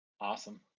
awesome